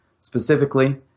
Specifically